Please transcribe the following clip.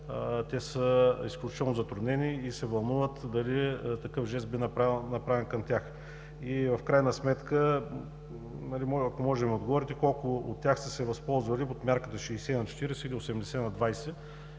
те са изключително затруднени и се вълнуват дали такъв жест би бил направен към тях. В крайна сметка, ако може, да ми отговорите: колко от тях са се възползвали от мярката 60/40 или 80/20,